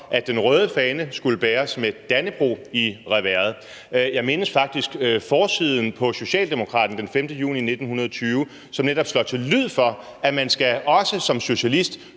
at den røde fane skulle bæres med Dannebrog i reverset. Jeg mindes faktisk forsiden på Social-Demokraten den 5. juni 1920, som netop slår til lyd for, at man også som socialist